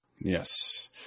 Yes